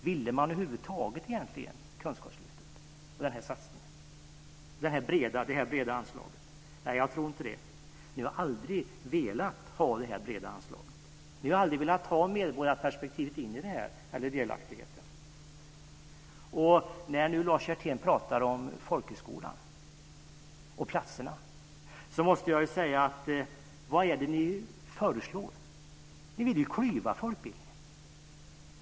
Ville man över huvud taget ha Kunskapslyftet och detta breda anslag? Nej, jag tror inte det. Ni har aldrig velat ha detta breda anslag. Ni har aldrig velat ha in medborgarperspektivet eller delaktigheten i detta. När nu Lars Hjertén pratar om folkhögskolan och platserna måste jag fråga vad det är ni föreslår. Ni vill klyva folkbildningen.